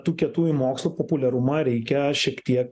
tų kietųjų mokslų populiarumą reikia šiek tiek